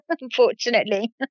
unfortunately